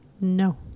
No